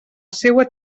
seua